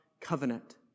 covenant